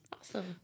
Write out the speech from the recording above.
awesome